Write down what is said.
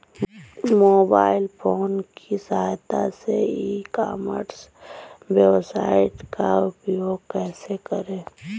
Mobile phone की सहायता से ई कॉमर्स वेबसाइट का उपयोग कैसे करें?